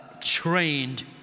trained